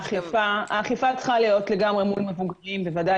האכיפה צריכה להיות לגמרי מול מבוגרים - ודאי